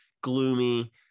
gloomy